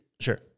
sure